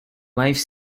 life